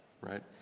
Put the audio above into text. right